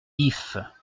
ifs